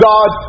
God